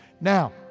Now